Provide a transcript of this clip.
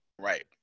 Right